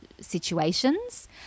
situations